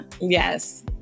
Yes